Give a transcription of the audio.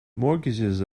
mortgages